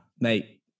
mate